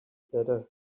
better